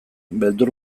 beldur